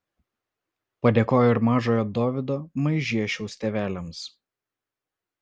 padėkojo ir mažojo dovydo maižiešiaus tėveliams